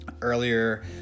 Earlier